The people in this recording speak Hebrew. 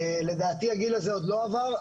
לדעתי הגיל הזה עוד לא עבר,